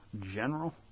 general